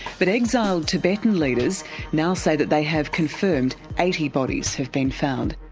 but exiled tibetan leaders now say that they have confirmed eighty bodies have been found.